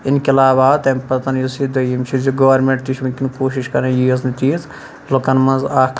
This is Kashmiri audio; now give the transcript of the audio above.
اِنقٕلاب آو تمہِ پَتَن یُس یہِ دوٚیِم چیٖز یہِ گورمینٹ تہِ چھُ وٕنکٮ۪ن کوٗشِش کَران ییٖژ نہٕ تیٖژ لُکَن مَنٛز اکھ